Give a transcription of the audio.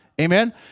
Amen